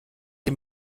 dem